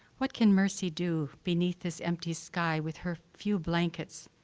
what can mercy do beneath this empty sky with her few blankets,